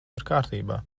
kārtībā